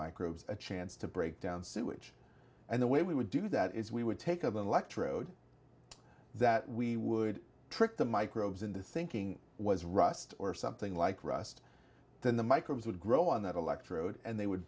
microbes a chance to break down sewage and the way we would do that is we would take up an electrode that we would trick the microbes into thinking was rust or something like rust then the microbes would grow on that electrode and they would